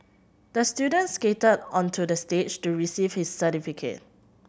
the student skated onto the stage to receive his certificate